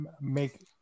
make